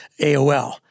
AOL